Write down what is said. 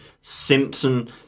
Simpson